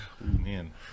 Man